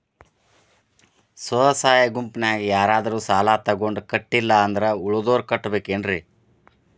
ಸ್ವ ಸಹಾಯ ಗುಂಪಿನ್ಯಾಗ ಯಾರಾದ್ರೂ ಸಾಲ ತಗೊಂಡು ಕಟ್ಟಿಲ್ಲ ಅಂದ್ರ ಉಳದೋರ್ ಕಟ್ಟಬೇಕೇನ್ರಿ?